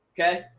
okay